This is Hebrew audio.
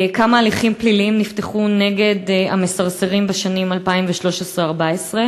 2. כמה הליכים פליליים נפתחו נגד המסרסרים בשנים 2013 ו-2014?